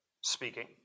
speaking